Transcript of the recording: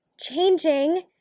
changing